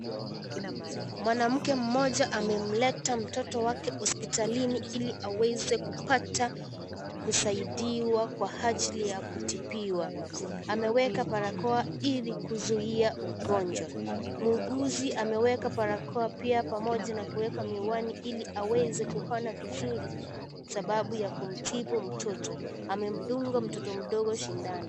Mwanamke mmoja amemleta mtoto wake hospitalini Ili aweze kupata kusaidiwa kwa ajili ya kutibiwa. Ameweka barakoa Ili kuzuia ugonjwa. Mhuguzi ameweka barakoa pia pamoja na kuweka miwani Ili aweze kuona vizuri sababu ya kumtibu mtoto. Amemdunga mtoto mdogo sindano.